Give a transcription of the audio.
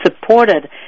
supported